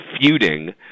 feuding